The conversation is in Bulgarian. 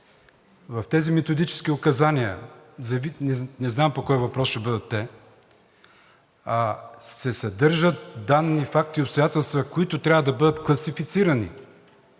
в тези методически указания за вид – не знам по кой въпрос ще бъдат, се съдържат данни, факти и обстоятелства, които трябва да бъдат класифицирани